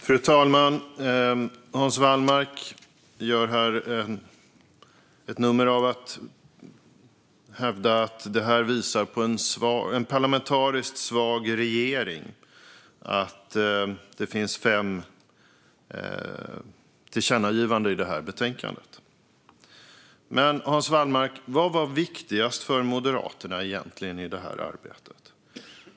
Fru talman! Hans Wallmark gör här ett nummer av att hävda att det faktum att det finns fem förslag om tillkännagivanden i betänkandet visar på en parlamentariskt svag regering. Men, Hans Wallmark, vad var egentligen viktigast för Moderaterna i det här arbetet?